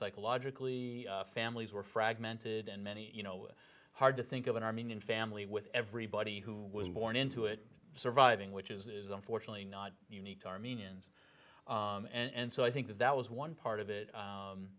psychologically families were fragmented and many you know hard to think of an armenian family with everybody who was born into it surviving which is unfortunately not unique armenians and so i think that that was one part of it